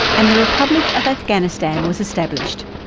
and the republic of afghanistan was established.